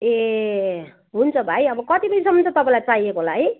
ए हुन्छ भाइ अब कति बजीसम्म चाहिँ तपाईँलाई चाहिएको होला है